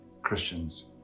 Christians